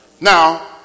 Now